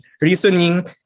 reasoning